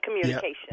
communication